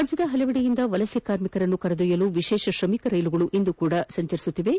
ರಾಜ್ಯದ ವಿವಿಧೆಡೆಯಿಂದ ವಲಸೆ ಕಾರ್ಮಿಕರನ್ನು ಕರೆದೊಯ್ಯಲು ವಿಶೇಷ ಶ್ರಮಿಕ್ ರೈಲುಗಳು ಇಂದೂ ಸಹ ಸಂಚರಿಸುತ್ತಿವೆ